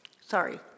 sorry